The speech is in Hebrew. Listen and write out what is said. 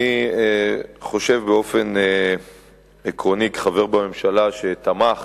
אני חושב, באופן עקרוני, כחבר בממשלה שתמך